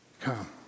come